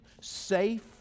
safe